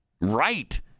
Right